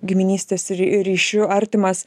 giminystės ryšiu artimas